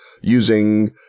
using